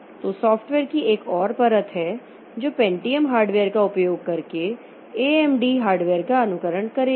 तो सॉफ्टवेयर की एक और परत है जो पेंटियम हार्डवेयर का उपयोग करके एएमडी हार्डवेयर का अनुकरण करेगी